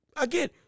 again